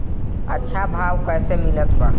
अच्छा भाव कैसे मिलत बा?